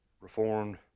Reformed